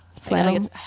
flannel